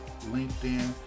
LinkedIn